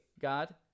God